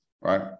right